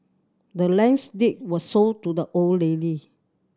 the land's deed was sold to the old lady